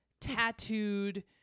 tattooed